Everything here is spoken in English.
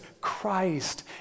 Christ